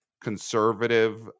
conservative